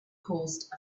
caused